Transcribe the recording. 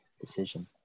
decision